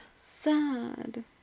Sad